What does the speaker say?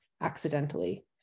accidentally